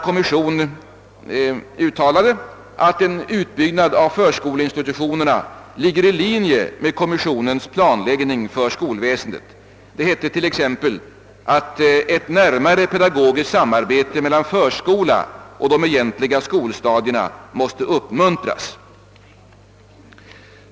Kommissionen uttalade att en utbyggnad av förskoleinstitutionerna ligger i linje med kommissionens planläggning för skolväsendet. Det hette i dess betänkande bl.a. att ett närmare pedagogiskt samarbete mellan förskola och de egentliga skolstadierna måste uppmuntras.